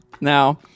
Now